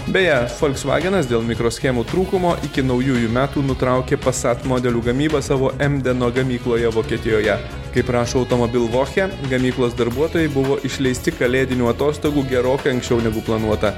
beje folksvagenas dėl mikroschemų trūkumo iki naujųjų metų nutraukė pasat modelių gamybą savo emdeno gamykloje vokietijoje kaip rašo automobil voche gamyklos darbuotojai buvo išleisti kalėdinių atostogų gerokai anksčiau negu planuota